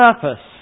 purpose